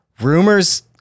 rumors